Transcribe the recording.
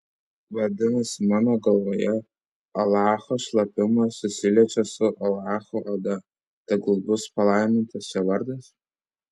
vadinasi mano galvoje alacho šlapimas susiliečia su alacho oda tegul bus palaimintas jo vardas